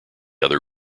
other